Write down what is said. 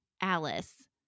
Alice